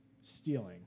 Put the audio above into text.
stealing